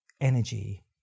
energy